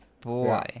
boy